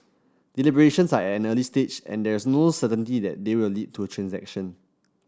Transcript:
deliberations are at an early stage and there's no certainty they will lead to a transaction